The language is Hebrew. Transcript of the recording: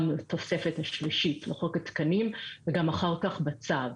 גם בתוספת השלישית בחוק התקנים וגם אחר כך בצו.